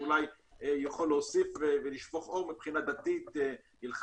שאולי יכול להוסיף ולשפוך אור מבחינה דתית-הלכתית.